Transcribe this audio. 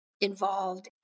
involved